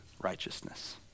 righteousness